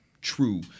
true